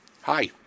Hi